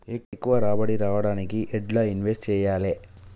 ఎక్కువ రాబడి రావడానికి ఎండ్ల ఇన్వెస్ట్ చేయాలే?